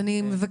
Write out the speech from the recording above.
אני לא